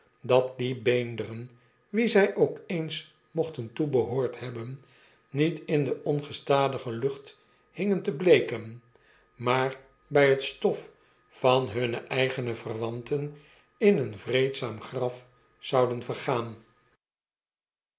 dat die beenderen wien zy ook eens mochten toebehoord hebben niet in de ongestadige lucht hingen te bleeken maar by het stof van hunne eigene verwanten in een vreedzaam graf zouden vergaan